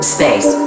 Space